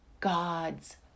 God's